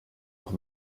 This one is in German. auch